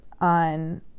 on